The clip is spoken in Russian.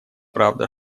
правда